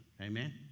Amen